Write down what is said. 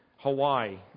Hawaii